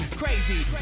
crazy